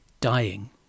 dying